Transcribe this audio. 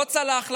לא צלח לנו,